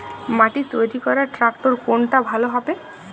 মাটি তৈরি করার ট্রাক্টর কোনটা ভালো হবে?